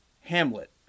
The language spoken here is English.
Hamlet